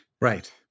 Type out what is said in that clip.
Right